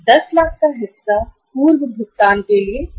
10 लाख का हिस्सा कर सकते हैं पूर्व भुगतान के लिए उपयोग किया जाता है